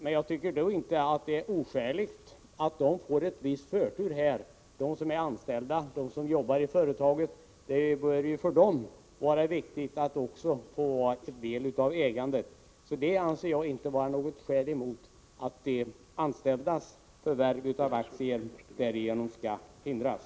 Men jag tycker inte att det är oskäligt att =, m. de anställda, som jobbar i ett företag, får viss förtur. Det bör vara riktigt att de får del av ägandet. Jag anser inte att det är något skäl — att de anställdas förvärv av aktier skall förhindras.